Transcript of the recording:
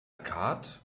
carte